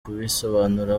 kubisobanura